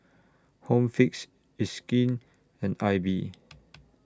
Home Fix It's Skin and AIBI